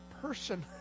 person